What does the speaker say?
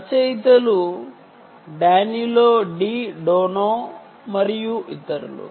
రచయితలు Danilo De Donno మరియు ఇతరులు